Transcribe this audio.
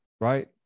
right